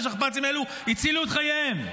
שהשכפ"צים האלה הצילו את חייהם.